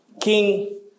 King